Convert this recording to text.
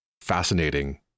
fascinating